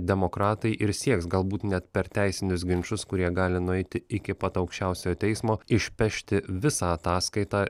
demokratai ir sieks galbūt net per teisinius ginčus kurie gali nueiti iki pat aukščiausiojo teismo išpešti visą ataskaitą